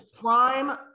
prime